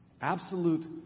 Absolute